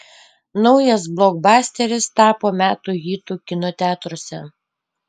naujas blokbasteris tapo metų hitu kino teatruose